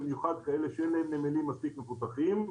במיוחד כאלה שאין להן נמלים מספיק מפותחים.